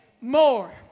more